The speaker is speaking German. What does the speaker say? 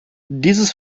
dieses